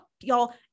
y'all